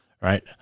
Right